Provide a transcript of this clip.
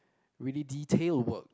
really detail work